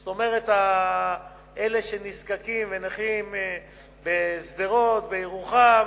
זאת אומרת, אלה שנזקקים, נכים בשדרות ובירוחם,